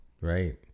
Right